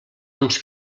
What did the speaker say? uns